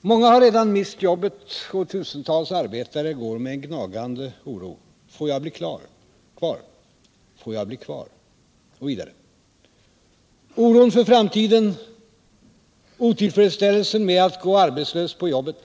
”Många har redan mist jobbet och tusentals arbetare går med gnagande oro: "Får jag bli kvar, får jag bli kvar? ——-— Oron för framtiden. Otillfredsställelsen med att gå arbetslös på jobbet.